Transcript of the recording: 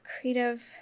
creative